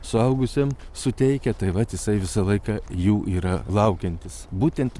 suaugusiem suteikia tai vat jisai visą laiką jų yra laukiantis būtent